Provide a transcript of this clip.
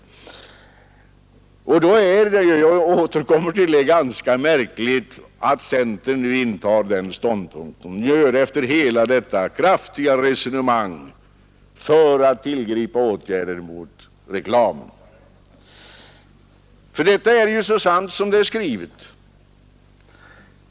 Det är ganska märkligt — jag återkommer till det — att centern intar denna ståndpunkt efter hela detta kraftiga resonemang för att tillgripa åtgärder mot reklamen. Detta är så sant som det är skrivet.